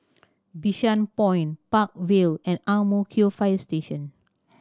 Bishan Point Park Vale and Ang Mo Kio Fire Station